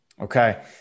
Okay